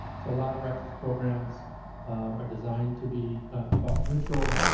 so a lot of rex's programs are designed to be cost neutral.